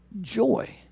joy